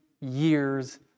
years